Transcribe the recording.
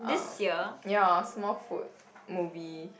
um ya Smallfoot movie